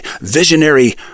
visionary